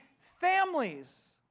families